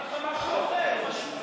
מה שכתוב בחוק היום,